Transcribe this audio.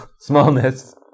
smallness